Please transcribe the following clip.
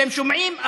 אתם שומעים?